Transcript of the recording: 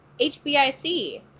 hbic